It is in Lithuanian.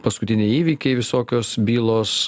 paskutiniai įvykiai visokios bylos